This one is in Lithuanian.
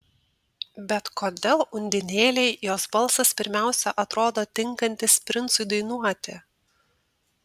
bet kodėl undinėlei jos balsas pirmiausia atrodo tinkantis princui dainuoti